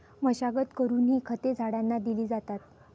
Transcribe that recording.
मशागत करूनही खते झाडांना दिली जातात